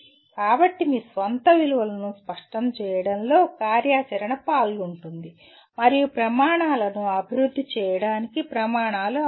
కాబట్టి మీ స్వంత విలువలను స్పష్టం చేయడంలో కార్యాచరణ పాల్గొంటుంది మరియు ప్రమాణాలను అభివృద్ధి చేయడానికి ప్రమాణాలు అవసరం